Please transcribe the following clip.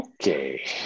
Okay